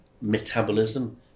metabolism